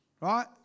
right